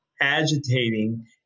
agitating